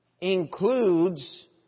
includes